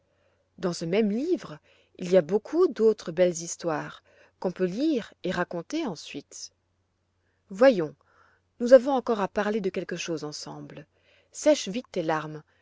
dans ce même livre il y a beaucoup d'autres belles histoires qu'on peut lire et raconter ensuite voyons nous avons encore à parler de quelque chose ensemble sèche vite tes larmes